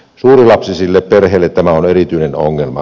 monilapsisille perheille tämä on erityinen ongelma